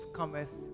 cometh